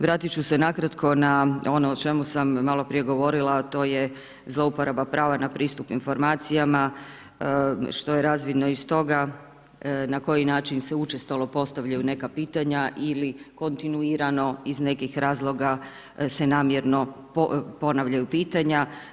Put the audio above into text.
Vratit ću se nakratko na ono o čemu sam malo prije govorila, a to je zlouporaba prava na pristup informacijama što je razvidno iz toga na koji način se učestalo postavljaju neka pitanja ili kontinuirano iz nekih razloga se namjerno ponavljaju pitanja.